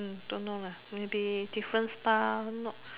uh don't know lah maybe different style not